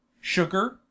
sugar